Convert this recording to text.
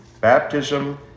Baptism